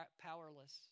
powerless